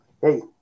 Hey